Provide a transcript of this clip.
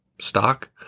stock